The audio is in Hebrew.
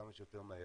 כמה שיותר מהר.